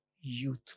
youth